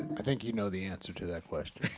i think you know the answer to that question.